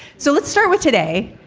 so let's start with today.